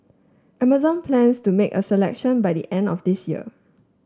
Amazon plans to make a selection by the end of this year